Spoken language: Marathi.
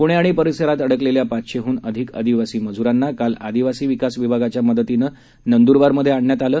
पूणे आणि परिसरात अडकलेल्या पाचशेहन अधिक आदिवासी मजुरांना काल आदिवासी विकास विभागाच्या मदतीनं नंदरबारमध्ये आणण्यात आलं